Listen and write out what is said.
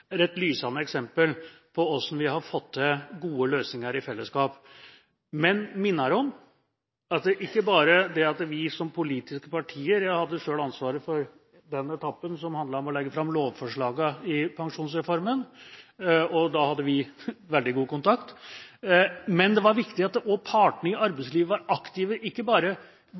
er et lysende eksempel på hvordan vi har fått til gode løsninger i fellesskap, men jeg minner om at dette ikke bare handler om oss i de politiske partiene. Jeg hadde selv ansvaret for den etappen som handlet om å legge fram lovforslagene i pensjonsreformen, og da hadde vi veldig god kontakt. Men det var viktig at også partene i arbeidslivet var aktive. Det handlet ikke bare